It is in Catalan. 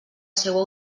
seua